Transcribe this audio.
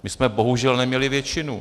My jsme bohužel neměli většinu.